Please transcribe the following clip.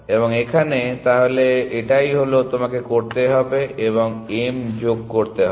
এবং এখানে তাহলে এটাই হলো তোমাকে করতে হবে এবং m যোগ করতে হবে